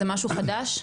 אבל זה משהו חדש?